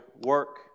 work